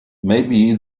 maybe